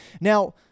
Now